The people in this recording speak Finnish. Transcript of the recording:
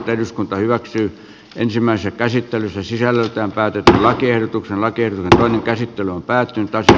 eduskunta hyväksyi ensimmäisen käsittelyn se sisältää päätetyn lakiehdotuksen lakien käsittely on päättynyt äitiä